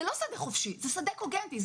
זה לא שדה חופשי, זה שדה קוגנטי.